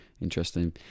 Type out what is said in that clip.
Interesting